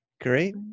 great